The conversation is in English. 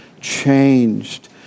changed